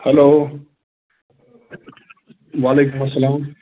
hello وعلیکُم اسلام